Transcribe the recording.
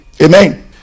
Amen